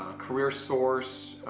careersource,